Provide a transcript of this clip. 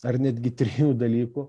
ar netgi trijų dalykų